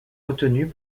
retenue